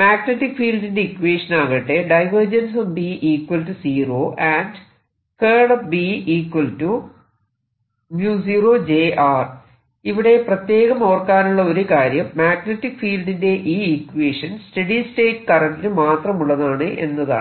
magnetic ഫീൽഡിന്റെ ഇക്വേഷനാകട്ടെ ഇവിടെ പ്രത്യേകം ഓർക്കാനുള്ള ഒരു കാര്യം മാഗ്നെറ്റിക് ഫീൽഡിന്റെ ഈ ഇക്വേഷൻ സ്റ്റെഡി സ്റ്റേറ്റ് കറന്റിന് മാത്രമുള്ളതാണ് എന്നതാണ്